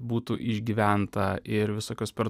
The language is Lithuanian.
būtų išgyventa ir visokios per